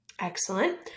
Excellent